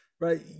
right